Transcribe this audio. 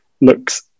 looks